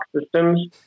systems